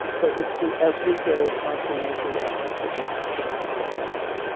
but it's the everyday spontaneous reactions to things not turning out the way we want,